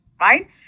right